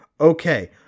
Okay